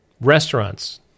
Restaurants